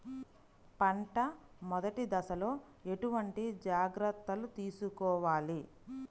పంట మెదటి దశలో ఎటువంటి జాగ్రత్తలు తీసుకోవాలి?